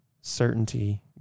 certainty